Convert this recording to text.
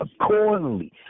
accordingly